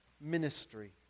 ministry